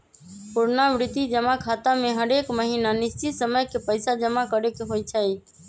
पुरनावृति जमा खता में हरेक महीन्ना निश्चित समय के पइसा जमा करेके होइ छै